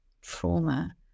trauma